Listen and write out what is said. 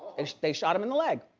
they shot him in the leg.